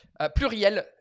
Pluriel